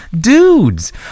dudes